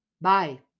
Bye